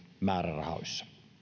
määrärahoissa